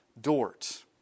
Dort